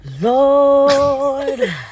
Lord